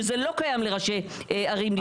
שזה לא קיים לראשי ערים מכהנים.